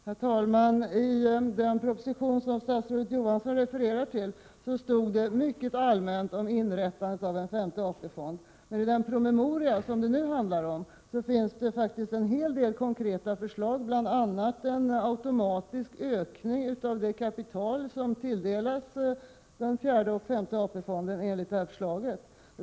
Herr talman! I den proposition som statsrådet Johansson refererade till stod det mycket allmänt om inrättandet av en femte AP-fond. Men i den promemoria som det nu handlar om så finns det faktiskt en hel del konkreta förslag, bl.a. om én automatisk ökning av det kapital som tilldelas den fjärde och den femte AP-fonden.